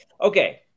Okay